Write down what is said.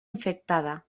infectada